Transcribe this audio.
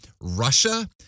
Russia